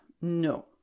No